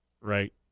right